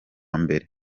mbere